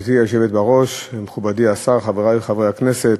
גברתי היושבת בראש, מכובדי השר, חברי חברי הכנסת,